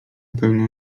pewno